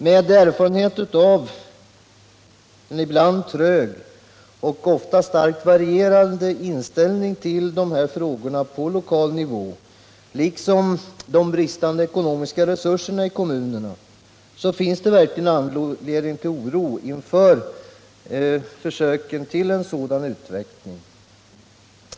Med tanke på den ibland tröga och ofta starkt varierande inställningen till dessa frågor på lokal nivå liksom de bristande ekonomiska resurserna i kommunerna finns det verkligen anledning till oro inför en sådan utveckling.